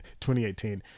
2018